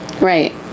Right